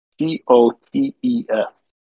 C-O-T-E-S